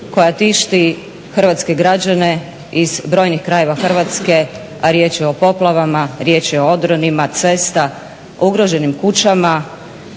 koja tišti hrvatske građane iz brojnih krajeva Hrvatske a riječ je o poplavama, riječ je o odronima cesta, ugroženim kućama.